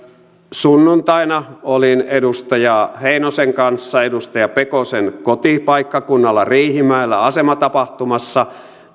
sunnuntaina olin edustaja heinosen kanssa edustaja pekosen kotipaikkakunnalla riihimäellä asematapahtumassa